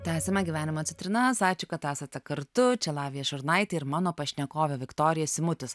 tęsiame gyvenimo citrinas ačiū kad esate kartu čia lavija šurnaitė ir mano pašnekovė viktorija simutis